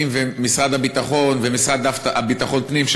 ומשרד הביטחון והמשרד לביטחון פנים,